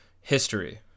history